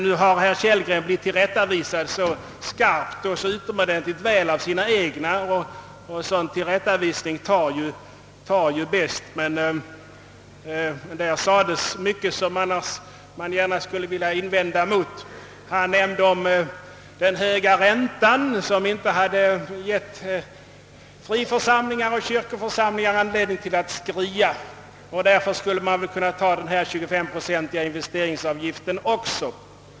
Nu har herr Kellgren blivit tillrättavisad skarpt och utomordentligt väl av sina egna, och en sådan tillrättavisning tar ju bättre, men han sade mycket som jag skulle vilja göra invändningar mot. Herr Kellgren sade att den höga räntan inte hade givit friförsamlingarna och kyrkoförsamlingarna anledning att skria och att de därför nog kunde godta också den 25-procentiga investerings avgiften.